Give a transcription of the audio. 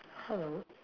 hello